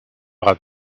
aura